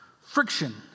friction